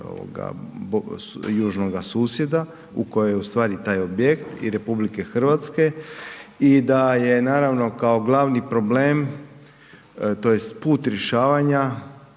u kojoj je ustvari taj objekt i RH i da je naravno kao glavno problem tj. put rješavanje